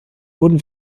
wurden